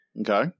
Okay